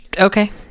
okay